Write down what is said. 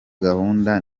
gahunda